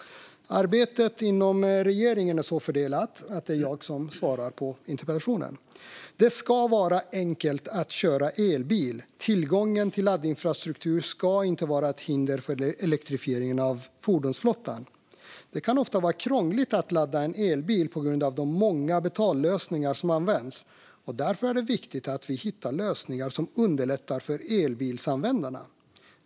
Arbetet inom regeringen är så fördelat att det är jag som ska svara på interpellationen. Det ska vara enkelt att köra elbil. Tillgången till laddinfrastruktur ska inte vara ett hinder för elektrifieringen av fordonsflottan. Det kan ofta vara krångligt att ladda en elbil på grund av de många olika betallösningar som används, och därför är det viktigt att vi hittar lösningar som underlättar för elbilsanvändarna.